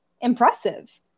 Impressive